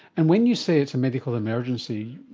and when you say it's a medical emergency,